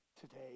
today